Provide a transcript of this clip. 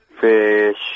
Fish